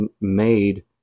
made